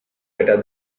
better